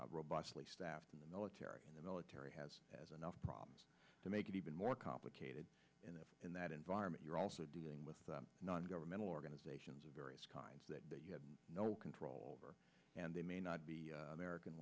less robustly staffed in the military the military has as enough problems to make it even more complicated and in that environment you're also dealing with non governmental organizations of various kinds that you have no control over and they may not be american